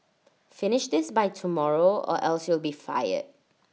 finish this by tomorrow or else you'll be fired